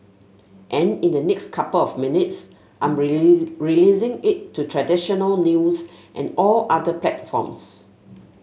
and in the next couple of minutes I'm release releasing it to traditional news and all other platforms